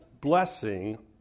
blessing